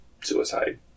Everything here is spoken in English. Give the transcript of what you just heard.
suicide